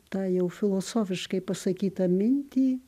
tą jau filosofiškai pasakytą mintį